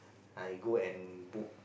I go and book